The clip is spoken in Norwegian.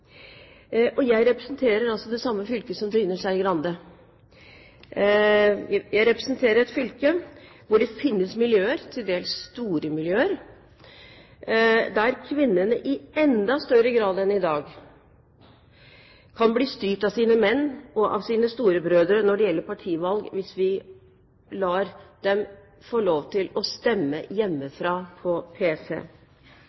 Jeg representerer altså det samme fylket som Trine Skei Grande. Jeg representerer et fylke hvor det finnes miljøer, til dels store miljøer, der kvinnene i enda større grad enn i dag kan bli styrt av sine menn og av sine storebrødre når det gjelder partivalg, hvis vi lar dem få lov til å stemme